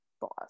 boss